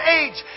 age